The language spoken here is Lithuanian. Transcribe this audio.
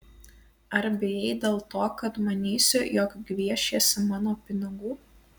ar bijai dėl to kad manysiu jog gviešiesi mano pinigų